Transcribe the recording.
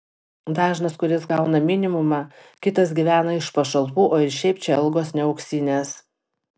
dažnas kuris gauna minimumą kitas gyvena iš pašalpų o ir šiaip čia algos ne auksinės